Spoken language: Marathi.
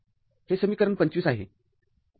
हे समीकरण २५ आहे